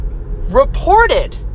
reported